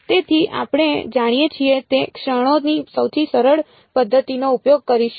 તેથી આપણે જાણીએ છીએ તે ક્ષણોની સૌથી સરળ પદ્ધતિનો ઉપયોગ કરીશું